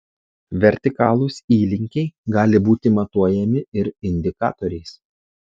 vertikalūs įlinkiai gali būti matuojami ir indikatoriais